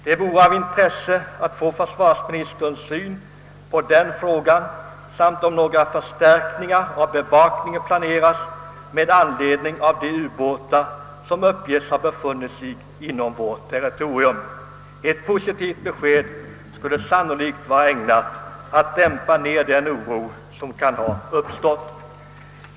Det vore av intresse att få del av försvarsministerns syn på den frågan samt frågan huruvida några förstärkningar av bevakningen planerats med anledning av de ubåtar som uppges ha befunnit sig inom vårt territorium. Ett positivt besked skulle sannolikt vara ägnat att dämpa den oro som kan ha uppstått.